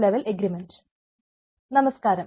നമസ്കാരം